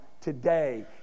today